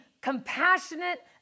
compassionate